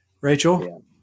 Rachel